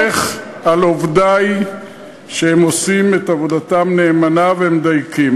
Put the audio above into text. ואני סומך על עובדי שהם עושים את עבודתם נאמנה ומדייקים.